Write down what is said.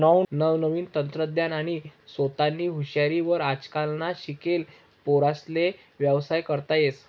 नवनवीन तंत्रज्ञान आणि सोतानी हुशारी वर आजकालना शिकेल पोर्यास्ले व्यवसाय करता येस